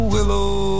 Willow